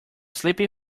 sleepy